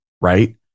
right